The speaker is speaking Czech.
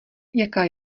jaká